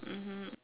mmhmm